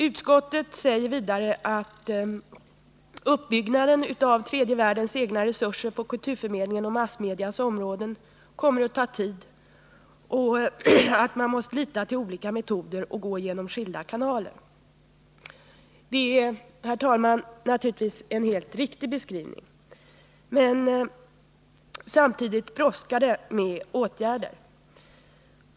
Utskottet säger vidare att uppbyggnaden av tredje världens egna resurser på kulturförmedlingens och massmedias områden kommer att ta tid och att man måste lita till olika metoder och gå genom skilda kanaler. Det är naturligtvis en helt riktigt beskrivning. Men samtidigt brådskar det med åtgärder.